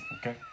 okay